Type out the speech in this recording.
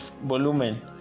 volumen